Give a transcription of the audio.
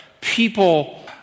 people